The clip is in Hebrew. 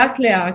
לאט לאט,